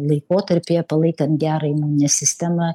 laikotarpyje palaikant gerą imuninę sistemą